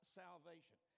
salvation